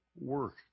work